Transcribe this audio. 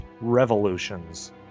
revolutions